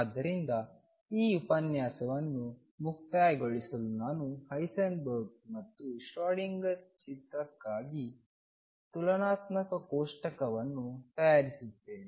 ಆದ್ದರಿಂದ ಈ ಉಪನ್ಯಾಸವನ್ನು ಮುಕ್ತಾಯಗೊಳಿಸಲು ನಾನು ಹೈಸೆನ್ಬರ್ಗ್ ಮತ್ತು ಶ್ರೋಡಿಂಗರ್ ಚಿತ್ರಕ್ಕಾಗಿ ತುಲನಾತ್ಮಕ ಕೋಷ್ಟಕವನ್ನು ತಯಾರಿಸುತ್ತೇನೆ